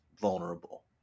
vulnerable